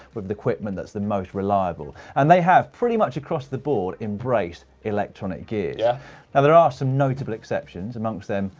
with the equipment that's the most reliable. and they have, pretty much across the board, embraced electronic gears. yeah? and there are some notable exceptions amongst them,